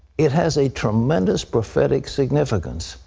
it has a tremendous prophetic significance.